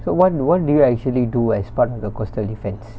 so what want do you actually do as part of the coastal defence